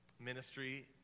ministry